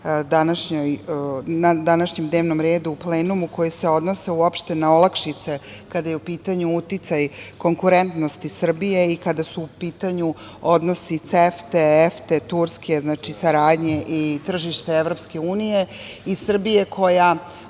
današnjem dnevnom redu u plenumu, a koji se odnose uopšte na olakšice kada je u pitanju uticaj konkurentnosti Srbije i kada su u pitanju odnosi CEFTE, EFTE, Turske, znači saradnje, i tržište i EU i Srbije koja